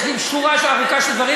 יש לי שורה ארוכה של דברים,